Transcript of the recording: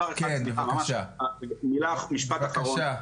משפט אחרון,